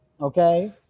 okay